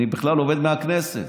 ואני בכלל עובד מהכנסת,